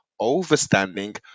overstanding